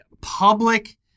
public